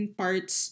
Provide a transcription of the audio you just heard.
parts